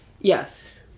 yes